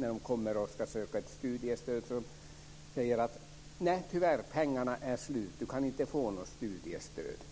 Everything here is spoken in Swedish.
När de söker studiestöd blir svaret: "Nej tyvärr, pengarna är slut. Du kan inte få något studiestöd."